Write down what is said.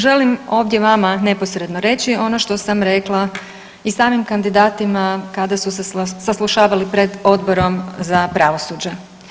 Želim ovdje vama neposredno reći ono što sam rekla i samim kandidatima kada su se saslušavali pred Odborom za pravosuđe.